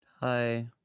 Hi